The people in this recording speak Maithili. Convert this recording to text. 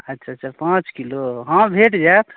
अच्छा अच्छा पाँच किलो हाँ भेटि जाएत